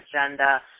agenda